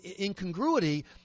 incongruity